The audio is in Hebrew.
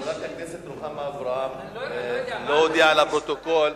חברת הכנסת רוחמה אברהם לא הודיעה לפרוטוקול,